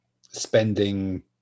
spending